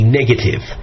negative